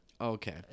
Okay